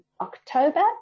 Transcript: October